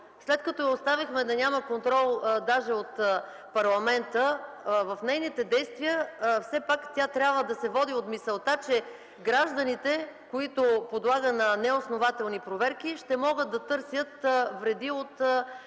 След като я оставихме да няма контрол даже от парламента, в действията си тя трябва да се води от мисълта, че гражданите, които подлага на неоснователни проверки, ще могат да търсят вреди от